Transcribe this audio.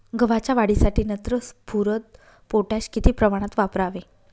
गव्हाच्या वाढीसाठी नत्र, स्फुरद, पोटॅश किती प्रमाणात वापरावे?